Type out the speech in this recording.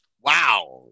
Wow